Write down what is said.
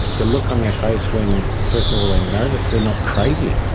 the look on their face when first of all they know that they are not crazy,